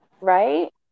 Right